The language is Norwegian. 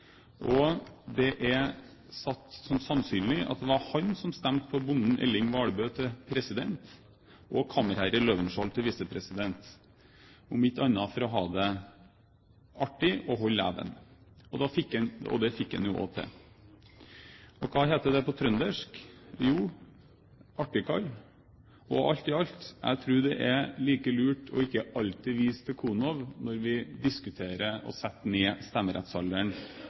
bonden Elling Walbøe til president og kammerherre Løvenskiold til visepresident – om ikke annet for å ha det artig og holde leven. Det fikk han jo også til. Hva heter det på trøndersk? Jo, det heter «artikaill». Alt i alt: Jeg tror det er like lurt ikke alltid å vise til Konow når vi i denne salen diskuterer å sette ned stemmerettsalderen.